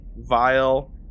vile